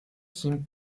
sin